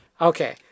Okay